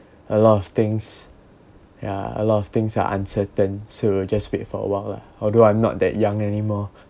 a lot of things yeah a lot of things are uncertain so just wait for a while lah although I'm not that young anymore